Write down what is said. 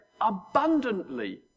abundantly